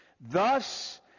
Thus